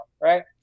right